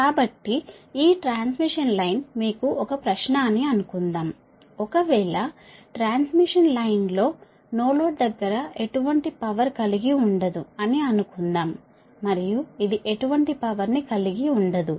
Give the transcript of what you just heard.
కాబట్టిఈ transmission line మీకు ఒక ప్రశ్న అని అనుకుందాం ఒకవేళ ట్రాన్స్మిషన్ లైన్ లో నో లోడ్ దగ్గర ఎటువంటి పవర్ కలిగి ఉండదు అని అనుకుందాం మరియు ఇది ఎటువంటి పవర్ ని కలిగి ఉండదు